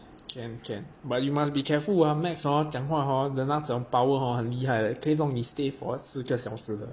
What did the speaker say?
champion but you must be careful ah max hor 讲话 hor 的那种 power hor 很厉害的 leh 可以弄你 stay for 四个小时的